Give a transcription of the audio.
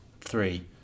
three